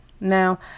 Now